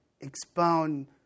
expound